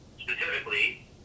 specifically